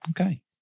okay